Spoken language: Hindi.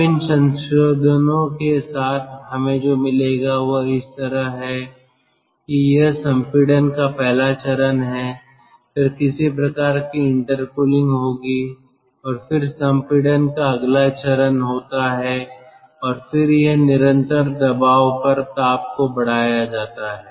अब इन संशोधनों के साथ हमें जो मिलेगा वह इस तरह है कि यह संपीड़न का पहला चरण है फिर किसी प्रकार की इंटर कूलिंग होगी और फिर संपीड़न का अगला चरण होता है और फिर यह निरंतर दबाव पर ताप को बढ़ाया जाता है